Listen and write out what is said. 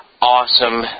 awesome